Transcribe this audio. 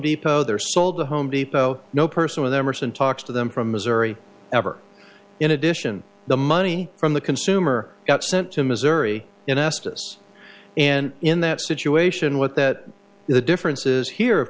depot they're sold to home depot no person with emerson talks to them from missouri ever in addition the money from the consumer got sent to missouri in estus and in that situation what that the differences here of